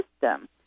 system